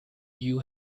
you